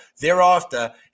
Thereafter